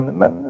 men